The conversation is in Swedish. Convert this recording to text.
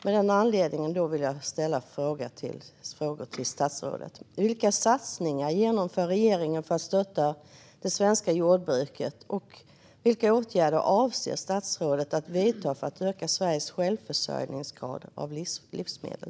Av denna anledning vill jag ställa två frågor till statsrådet: Vilka satsningar genomför regeringen för att stötta det svenska jordbruket, och vilka åtgärder avser statsrådet att vidta för att öka Sveriges självförsörjningsgrad av livsmedel?